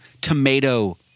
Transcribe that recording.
tomato